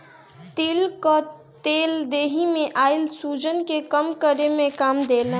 तिल कअ तेल देहि में आइल सुजन के कम करे में काम देला